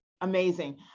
amazing